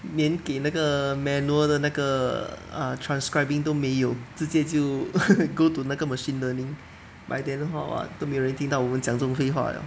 连给那个 manual 的那个 err transcribing 都没有直接就 go to 那个 machine learning by then how ah 都能没有人听到我们讲这种废话了